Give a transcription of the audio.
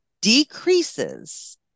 decreases